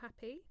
happy